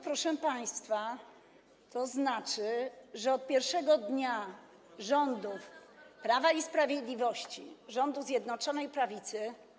Proszę państwa, to znaczy, że od pierwszego dnia rządów Prawa i Sprawiedliwości, rządów Zjednoczonej Prawicy.